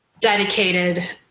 dedicated